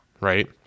Right